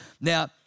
Now